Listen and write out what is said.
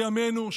בימינו,